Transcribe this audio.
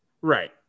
Right